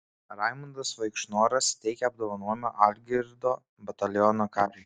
raimundas vaikšnoras teikia apdovanojimą algirdo bataliono kariui